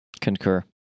concur